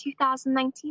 2019